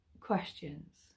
questions